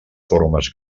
formes